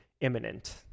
imminent